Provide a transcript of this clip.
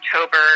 October